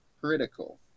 critical